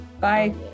Bye